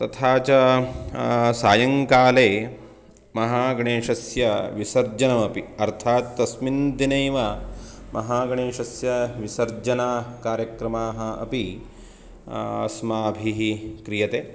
तथा चा सायङ्काले महागणेशस्य विसर्जनमपि अर्थात् तस्मिन् दिनैव महागणेशस्य विसर्जना कार्यक्रमाः अपि अस्माभिः क्रियते